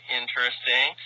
interesting